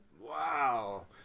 Wow